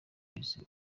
buhishe